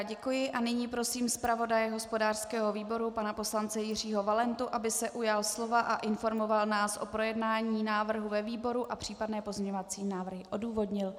Děkuji a nyní prosím zpravodaje hospodářského výboru pana poslance Jiřího Valentu, aby se ujal slova a informoval nás o projednání návrhu ve výboru a případné pozměňovací návrhy odůvodnil.